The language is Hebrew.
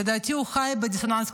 לדעתי, הוא חי בדיסוננס קוגניטיבי.